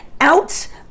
out